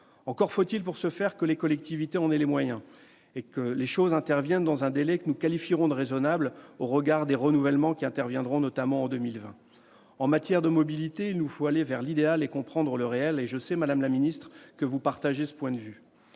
Encore faut-il, pour ce faire, que les collectivités en aient les moyens et que ces chantiers soient menés dans des délais que nous qualifierons de raisonnables, au regard des renouvellements qui interviendront notamment en 2020. En matière de mobilités, il nous faut aller vers l'idéal et comprendre le réel ; je sais, madame la ministre, que ce point de vue